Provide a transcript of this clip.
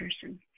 person